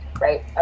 right